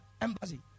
embassy